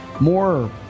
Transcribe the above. more